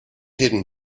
hidden